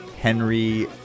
Henry